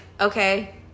okay